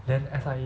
then S_I_A